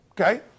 okay